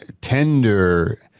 tender